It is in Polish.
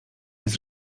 jest